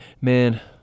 man